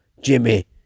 Jimmy